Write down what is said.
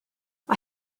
mae